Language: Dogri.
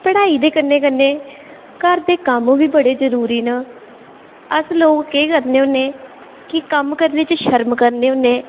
पढ़ाई दे कन्नै कन्नै घर दे कम्म बी बड़े जरूरी न अस लोग केह् करने होन्ने कि कम्म करने च शर्म करने होन्ने